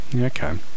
Okay